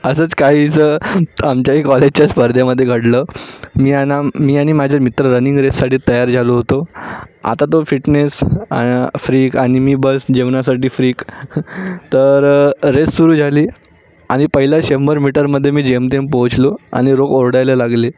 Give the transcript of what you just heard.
असंच काहीसं आमच्याही कॉलेजच्या स्पर्धेमध्ये घडलं मी आणि मी आणि माझे मित्र रनिंग रेससाठी तयार झालो होतो आता तो फिटनेस फ्रीक आणि मी बस जेवणासाठी फ्रीक तर रेस सुरू झाली आणि पहिलं शंभर मीटरमध्ये मी जेमतेम पोहोचलो आणि लोक ओरडायला लागले